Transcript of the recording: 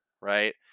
right